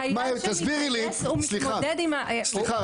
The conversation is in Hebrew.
חייל שמתגייס הוא מתמודד --- סליחה,